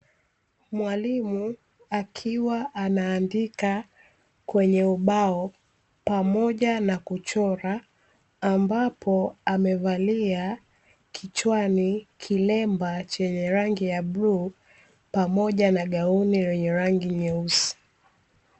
Mwalimu akiwa anaandika kwenye ubao, pamoja na kuchora, ambapo amevalia kichwani kilemba chenye rangi ya bluu, pamoja na gauni lenye rangi nyeusi .